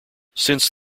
since